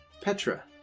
Petra